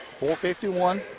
451